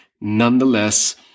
Nonetheless